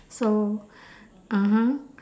so (uh huh)